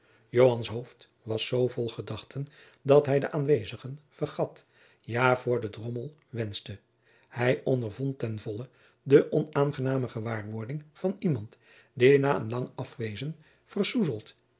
was zoo vol gedachten dat hij de aanwezigen vergat ja voor den drommel wenschte hij ondervond ten vollen de onaangenaame gewaarwording van iemand die na een lang afwezen